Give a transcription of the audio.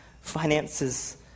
finances